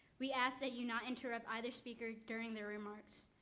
we ask that you not interrupt either speaker during their remarks.